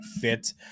fit